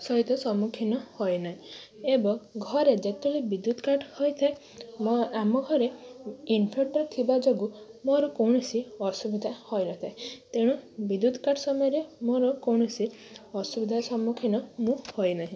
ସହିତ ସମ୍ମୁଖୀନ ହୁଏନି ଏବଂ ଘରେ ଯେତେବେଳେ ବିଦ୍ୟୁତ୍ କାଟ୍ ହୋଇଥାଏ ମୋ ଆମ ଘରେ ଇନ୍ଭର୍ଟର ଥିବା ଯୋଗୁ ମୋର କୌଣସି ଅସୁବିଧା ହୋଇ ନଥାଏ ତେଣୁ ବିଦ୍ୟୁତ୍ କାଟ୍ ସମୟରେ ମୋର କୌଣସି ଅସୁବିଧାର ସମ୍ମୁଖୀନ ମୁଁ ହୁଏନାହିଁ